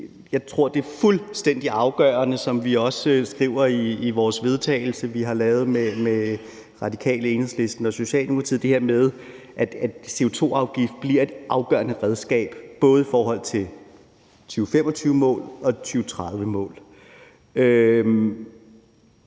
Jeg tror, det er fuldstændig afgørende, som vi også skriver i det forslag til vedtagelse, som vi har lavet sammen med Radikale, Enhedslisten og Socialdemokratiet, at CO2-afgiften bliver et afgørende redskab, både i forhold til 2025-målet og 2030-målet.